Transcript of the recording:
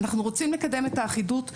אנחנו רוצים לקדם את האחידות בשילוט,